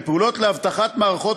פעולות לאבטחת מידע,